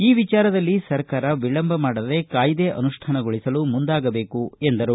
ಈ ವಿಚಾರದಲ್ಲಿ ಸರ್ಕಾರ ವಿಳಂಬ ಮಾಡದೆ ಕಾಯ್ಸೆ ಅನುಷ್ಠಾನಗೊಳಿಸಲು ಮುಂದಾಗಬೇಕು ಎಂದರು